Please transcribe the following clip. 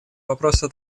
вопроса